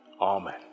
Amen